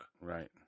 Right